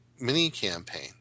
mini-campaign